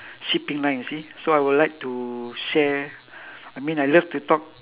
shipping line you see so I would like to share I mean I love to talk